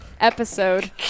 episode